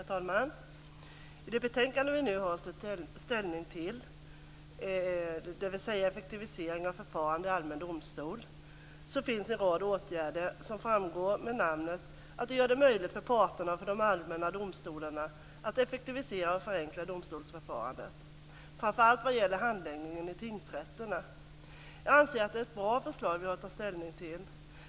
Herr talman! I det betänkande vi nu har att ta ställning till, Effektivisering av förfarandet i allmän domstol, finns en rad åtgärder som, vilket framgår av namnet, ska göra det möjligt för parterna och för de allmänna domstolarna att effektivisera och förenkla domstolsförfarandet, framför allt vad gäller handläggningen i tingsrätterna. Jag anser att det är ett bra förslag vi har att ta ställning till.